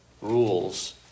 rules